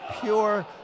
pure